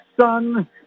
sun